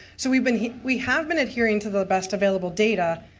so we've been here. we have been and hearing to the best available data.